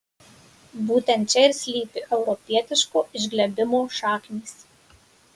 būtent čia ir slypi europietiško išglebimo šaknys